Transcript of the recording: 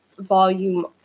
volume